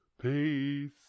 peace